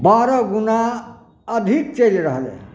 बारह गुना अधिक चलि रहलै हँ